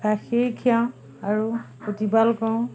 গাখীৰ খীৰাওঁ আৰু প্ৰতিপাল কৰোঁ